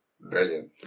Brilliant